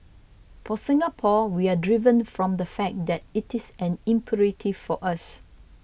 for Singapore we are driven from the fact that it is an imperative for us